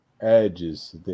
Edges